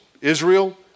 Israel